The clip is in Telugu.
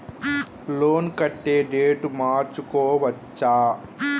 లోన్ కట్టే డేటు మార్చుకోవచ్చా?